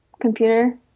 computer